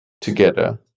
together